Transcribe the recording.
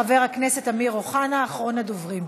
חבר הכנסת אמיר אוחנה, אחרון הדוברים.